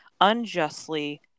unjustly